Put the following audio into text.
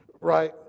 Right